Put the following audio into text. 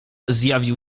zjawił